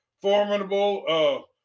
Formidable